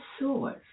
source